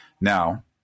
Now